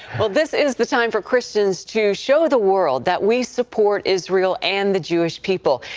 this is the time for christians to show the world that we support israel and the jewish people.